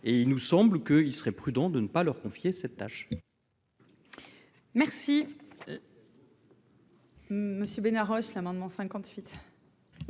et il nous semble que il serait prudent de ne pas leur confier cette tâche. Merci.